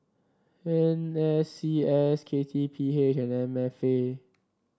N S C S K T P H and M F A